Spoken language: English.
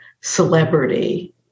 celebrity